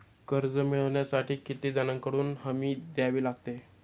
कर्ज मिळवण्यासाठी किती जणांकडून हमी द्यावी लागते?